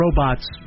robots